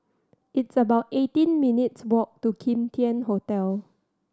it's about eighteen minutes walk to Kim Tian Hotel